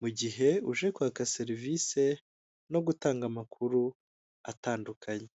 mu gihe uje kwaka serivisi no gutanga amakuru atandukanye.